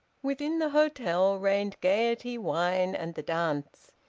within the hotel reigned gaiety, wine, and the dance.